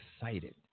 excited